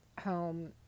home